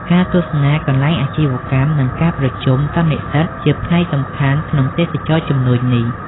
ការទស្សនាកន្លែងអាជីវកម្ម និងការប្រជុំសន្និសីទជាផ្នែកសំខាន់ក្នុងទេសចរណ៍ជំនួញនេះ។